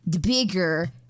bigger